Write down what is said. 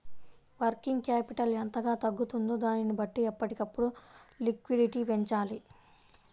working capital ఎంతగా తగ్గుతుందో దానిని బట్టి ఎప్పటికప్పుడు లిక్విడిటీ పెంచాలి